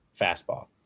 fastball